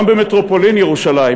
גם במטרופולין ירושלים,